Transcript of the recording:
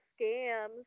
scams